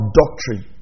doctrine